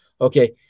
Okay